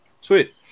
Sweet